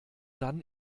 dann